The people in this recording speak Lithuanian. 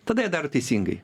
tada jie daro teisingai